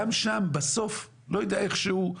גם שם בסוף לא יודע איכשהו,